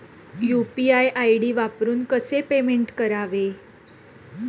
UPI ID वापरून कसे payment करावे?